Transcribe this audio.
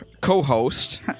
co-host